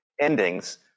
endings